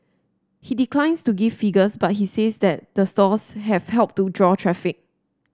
he declines to give figures but he says that the stores have helped to draw traffic